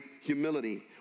humility